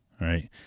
right